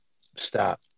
stop